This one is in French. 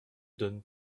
donne